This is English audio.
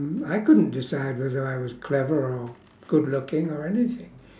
mm I couldn't decide whether I was clever or good looking or anything